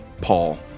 Paul